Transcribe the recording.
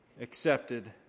accepted